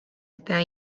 eta